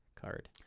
card